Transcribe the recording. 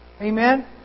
Amen